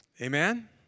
Amen